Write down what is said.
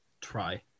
try